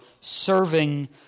serving